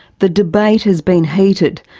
the debate has been heated,